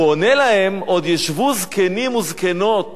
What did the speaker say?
הוא עונה להם: עוד ישבו זקנים וזקנות